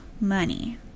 money